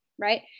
right